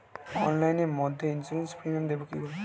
অনলাইনে মধ্যে insurance premium দেবো কি করে?